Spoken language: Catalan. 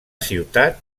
ciutat